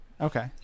Okay